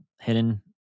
hidden